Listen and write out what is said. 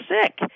sick